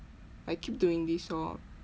like keep doing this orh